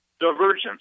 divergence